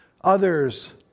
Others